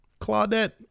Claudette